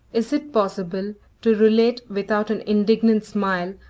is it possible to relate without an indignant smile,